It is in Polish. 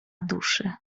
duszy